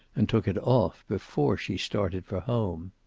and took it off before she started for home.